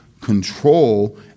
control